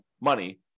money